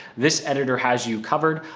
this editor has you covered.